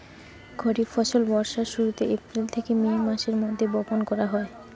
খরিফ ফসল বর্ষার শুরুতে, এপ্রিল থেকে মে মাসের মধ্যে বপন করা হয়